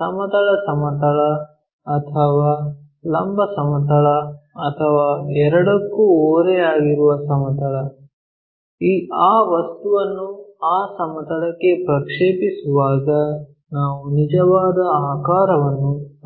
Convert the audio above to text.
ಸಮತಲ ಸಮತಲ ಅಥವಾ ಲಂಬ ಸಮತಲಕ್ಕೆ ಅಥವಾ ಎರಡಕ್ಕೂ ಓರೆಯಾಗಿರುವ ಸಮತಲ ಆ ವಸ್ತುವನ್ನು ಆ ಸಮತಲಕ್ಕೆ ಪ್ರಕ್ಷೇಪಿಸುವಾಗ ನಾವು ನಿಜವಾದ ಆಕಾರವನ್ನು ಪಡೆಯಬಹುದು